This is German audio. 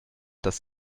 dass